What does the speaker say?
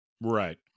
Right